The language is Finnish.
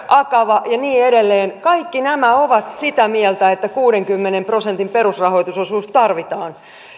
akava ja niin edelleen kaikki nämä ovat sitä mieltä että kuudenkymmenen prosentin perusrahoitusosuus tarvitaan